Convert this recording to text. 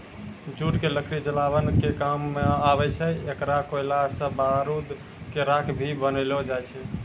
jute के लकड़ी जलावन के काम मॅ आवै छै, एकरो कोयला सॅ बारूद के राख भी बनैलो जाय छै